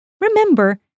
Remember